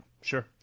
Sure